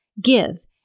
Give